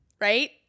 Right